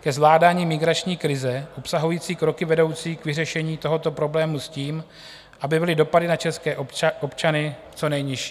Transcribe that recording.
ke zvládání migrační krize obsahující kroky vedoucí k vyřešení tohoto problému s tím, aby byly dopady na české občany co nejnižší.